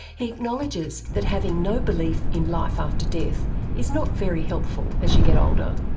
he acknowledges that having no belief in life after death is not very helpful as you get older.